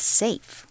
safe